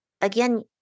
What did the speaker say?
again